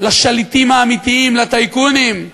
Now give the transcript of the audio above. לשליטים האמיתיים, לטייקונים.